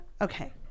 Okay